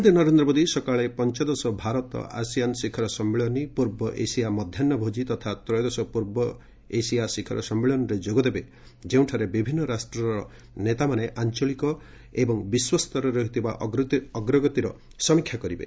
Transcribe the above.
ପ୍ରଧାନମନ୍ତ୍ରୀ ନରେନ୍ଦ୍ର ମୋଦି ସକାଳ ପଞ୍ଚଦଶ ଭାରତ ଆସିଆନ୍ ଶିଖର ସମ୍ମିଳନୀ ପୂର୍ବ ଏସିଆ ମଧ୍ୟାହୃ ଭୋକି ତଥା ତ୍ରୟୋଦଶ ପୂର୍ବ ଏସିଆ ଶିଖର ସମ୍ମିଳନୀରେ ଯୋଗଦେବେ ଯେଉଁଠାରେ ବିଭିନ୍ନ ରାଷ୍ଟ୍ରର ନେତାମାନେ ଆଞ୍ଚଳିକ ଏବଂ ବିଶ୍ୱ ସ୍ତରରେ ହୋଇଥିବା ଅଗ୍ରଗତିର ସମୀକ୍ଷା କରିବେ